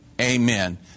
amen